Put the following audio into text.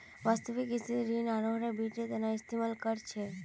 वास्तविक स्थितित ऋण आहारेर वित्तेर तना इस्तेमाल कर छेक